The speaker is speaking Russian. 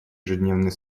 ежедневный